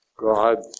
God